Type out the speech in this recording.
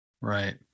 Right